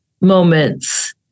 moments